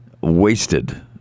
wasted